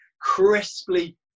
crisply